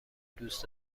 دوست